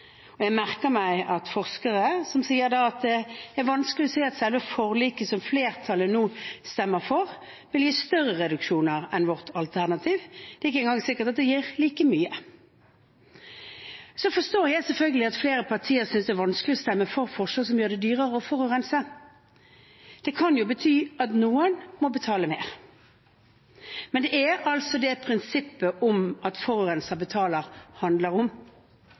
Jeg merker meg at forskere sier at det er vanskelig å se at selve forliket som flertallet nå stemmer for, vil gi større reduksjoner enn vårt alternativ – det er ikke engang sikkert at det gir like mye. Jeg forstår selvfølgelig at flere partier synes det er vanskelig å stemme for forslag som gjør det dyrere å forurense. Det kan jo bety at noen må betale mer. Men det er det prinsippet om at forurenser betaler, handler om.